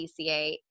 DCA